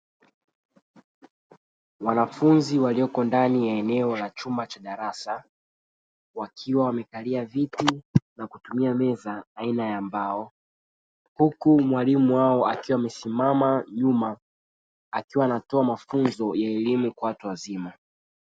Wanafunzi walioko ndani ya eneo la chumba cha darasa wakiwa wamekalia viti na kutumia meza aina ya mbao, huku mwalimu wao akiwa amesimama nyuma akiwa anatoa mafunzo ya elimu kwa watu wazima.